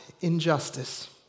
injustice